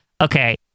Okay